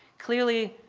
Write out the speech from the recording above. clearly,